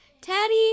Teddy